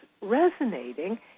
resonating